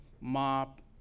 mop